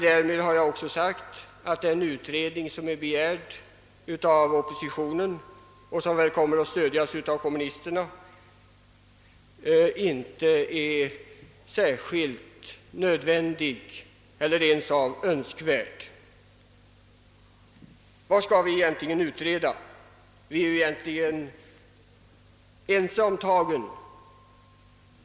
Därmed har jag också sagt att den utredning som oppositionen begärt och som väl kommer att stödjas av kommunisterna inte är särskilt nödvändig eller ens önskvärd. Vad skall vi egentligen utreda? Vi är ju i grund och botten ense om tagen.